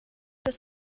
des